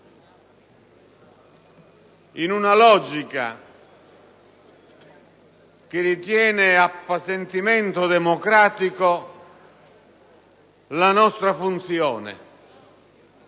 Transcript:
In una logica che ritiene appesantimento democratico la nostra funzione,